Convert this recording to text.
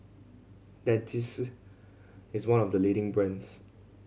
Dentiste is one of the leading brands